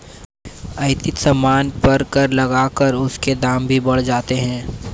आयातित सामान पर कर लगाकर उसके दाम भी बढ़ जाते हैं